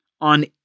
on